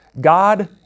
God